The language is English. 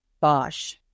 Bosch